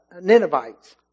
Ninevites